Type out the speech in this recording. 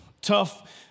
tough